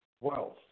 wealth